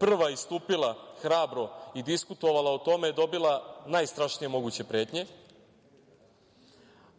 hrabro istupila i diskutovala o tome je dobila najstrašnije moguće pretnje,